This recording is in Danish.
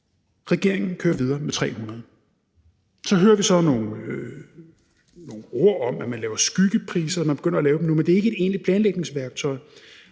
Regeringen kører videre med 300. Så hører vi så nogle ord om, at man laver skyggepriser – at man begynder at lave dem nu – men det er ikke et egentligt planlægningsværktøj,